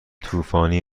طوفانی